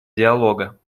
диалога